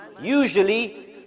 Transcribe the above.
Usually